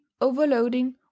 overloading